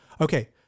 Okay